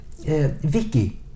Vicky